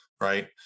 right